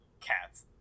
cats